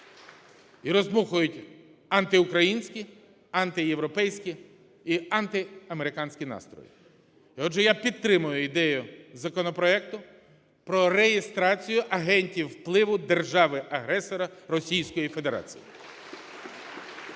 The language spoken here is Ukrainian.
Роздмухують антиукраїнські, антиєвропейські і антиамериканські настрої. І отже, я підтримую ідею законопроекту про реєстрацію агентів впливу держави-агресора Російської Федерації.